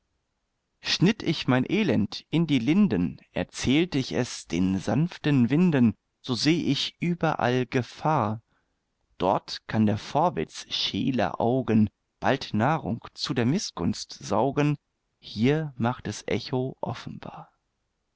schnitt ich mein elend in die linden erzählt ich es den sanften winden so seh ich überall gefahr dort kann der vorwitz scheeler augen bald nahrung zu der mißgunst saugen hier macht es echo offenbar